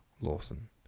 Lawson